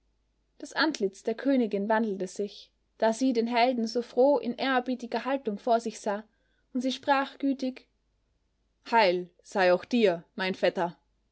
das antlitz der königin wandelte sich da sie den helden so froh in ehrerbietiger haltung vor sich sah und sie sprach gütig heil sei auch dir mein vetter